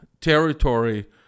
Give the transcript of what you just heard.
territory